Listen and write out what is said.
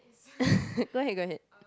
go ahead go ahead